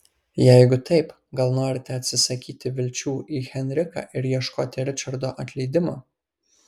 jeigu taip gal norite atsisakyti vilčių į henriką ir ieškoti ričardo atleidimo